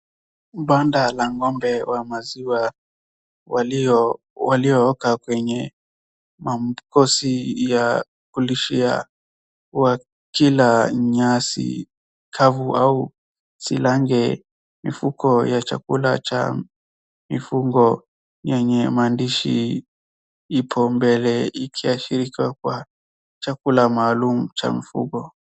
Banda la ng'ombe wa maziwa walio oka kwenye makosi ya kulishia wakila nyasi kavu au silange. Mifuko ya chakula cha mifugo yenye maandishi ipo mbele ikiashirika kuwa chakula maalum cha mfugo.